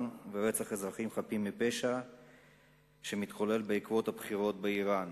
ורצח האזרחים החפים מפשע שמתחולל בעקבות הבחירות באירן.